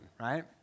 right